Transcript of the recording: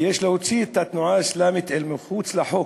כי יש להוציא את התנועה האסלאמית אל מחוץ לחוק.